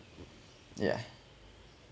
yeah